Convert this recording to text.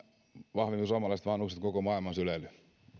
vahvemmin suomalaiset vanhukset kuin koko maailman syleily